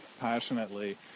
passionately